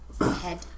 head